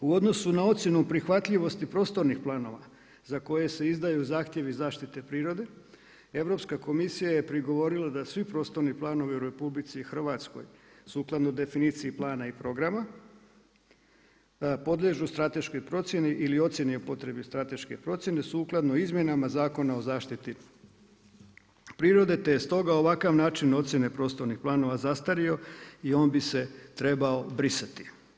U odnosu na ocjenu prihvatljivosti prostornih planova, za koju se izdaju zahtjevi zaštite prirode, Europska komisija je prigovorila, da svi prostorni planovi u RH, sukladno definiciji plana i programa, podliježu strateškoj procjeni ili ocjeni o potrebi strateške procjene, sukladno izmjenama Zakona o zaštititi prirode, te je stoga ovakav način ocjena prostornih planova zastario, i on bi se trebao brisati.